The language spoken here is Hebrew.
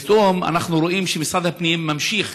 פתאום אנחנו רואים שמשרד הפנים ממשיך,